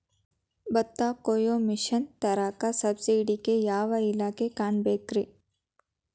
ಭತ್ತ ಕೊಯ್ಯ ಮಿಷನ್ ತರಾಕ ಸಬ್ಸಿಡಿಗೆ ಯಾವ ಇಲಾಖೆ ಕಾಣಬೇಕ್ರೇ?